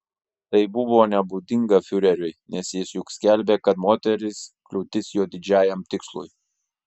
tai buvo nebūdinga fiureriui nes jis juk skelbė kad moterys kliūtis jo didžiajam tikslui